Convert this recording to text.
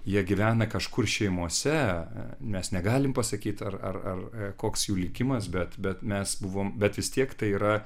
jie gyvena kažkur šeimose mes negalim pasakyti ar ar koks jų likimas bet bet mes buvome bet vis tiek tai yra